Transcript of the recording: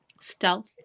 Stealth